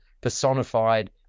personified